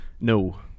no